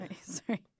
Sorry